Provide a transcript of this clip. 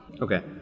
Okay